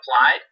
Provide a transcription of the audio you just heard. applied